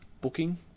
booking